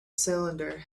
cylinder